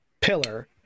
Pillar